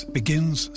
begins